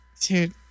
dude